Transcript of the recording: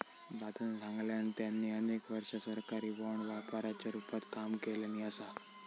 दादानं सांगल्यान, त्यांनी अनेक वर्षा सरकारी बाँड व्यापाराच्या रूपात काम केल्यानी असा